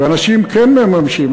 ואנשים כן מממשים.